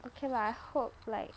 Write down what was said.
okay lah I hope like